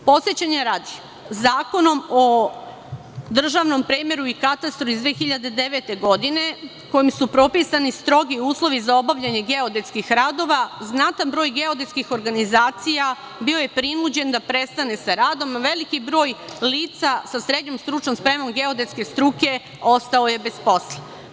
Podsećanja radi, Zakonom o državnom premeru i katastru iz 2009. godine, kojim su propisani strogi uslovi za obavljanje geodetskih radova, znatan broj geodetskih organizacija bio je prinuđen da prestane sa radom, a veliki broj lica sa srednjom stručnom spremom geodetske struke ostao je bez posla.